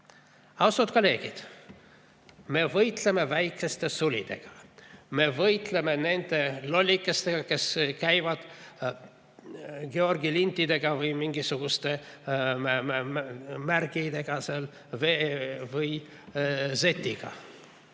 Austatud kolleegid! Me võitleme väikeste sulidega, me võitleme nende lollikestega, kes käivad ringi Georgi lintide või mingisuguste märkide või Z-iga.